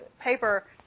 paper